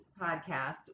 podcast